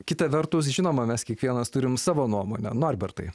kita vertus žinoma mes kiekvienas turime savo nuomonę norbertai